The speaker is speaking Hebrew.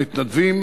המתנדבים,